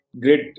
great